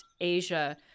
asia